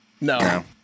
No